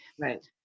right